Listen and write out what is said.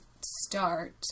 start